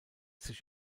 sich